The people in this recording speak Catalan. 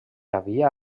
havia